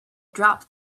drop